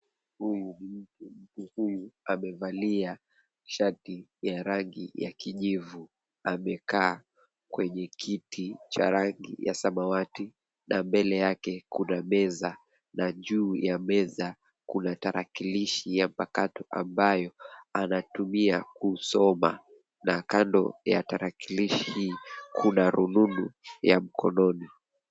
Huyu ni mtu, mtu huyu amevalia shati ya rangi ya kijivu. Amekaa kwenye kiti cha rangi ya samawati na mbele yake kuna meza na juu ya meza kuna tarakilishi ya mpakato ambayo anatumia kusoma na kando ya tarakilishi hii kuna rununu ya mkononi.